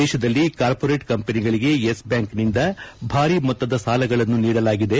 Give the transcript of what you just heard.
ದೇಶದಲ್ಲಿ ಕಾರ್ಹೋರೇಟ್ ಕಂಪನಿಗಳಿಗೆ ಯೆಸ್ ಬ್ಬಾಂಕಿನಿಂದ ಭಾರಿ ಮೊತ್ತದ ಸಾಲಗಳನ್ನು ನೀಡಲಾಗಿದೆ